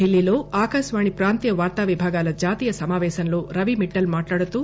ఢిల్లీలో ఆకాశవాణి ప్రాంతీయ వార్తా విభాగాల జాతీయ సమాపేశంలో రవిమిట్టల్ మాట్లాడుతూ